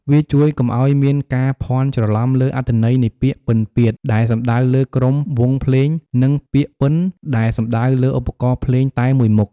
វាជួយកុំឲ្យមានការភាន់ច្រឡំលើអត្ថន័យនៃពាក្យ "ពិណពាទ្យ" ដែលសំដៅលើក្រុមវង់ភ្លេង និងពាក្យ "ពិណ" ដែលសំដៅលើឧបករណ៍ភ្លេងតែមួយមុខ។